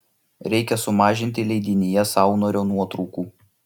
reikia sumažinti leidinyje saunorio nuotraukų